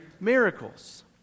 miracles